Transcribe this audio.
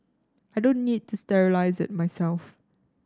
I don't need to sterilise it myself